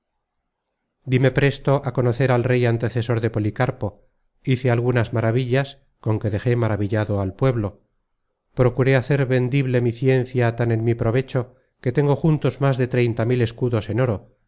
díme presto á conocer al rey antecesor de policarpo hice algunas maravillas con que dejé maravillado al pueblo procuré hacer vendible mi ciencia tan en mi provecho que tengo juntos más de treinta mil escudos en oro